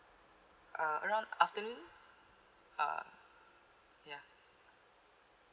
uh around afternoon uh ya